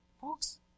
folks